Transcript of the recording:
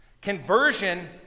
Conversion